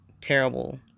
terrible